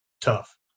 tough